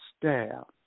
staff